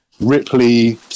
Ripley